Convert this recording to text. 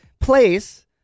place